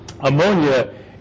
ammonia